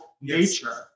nature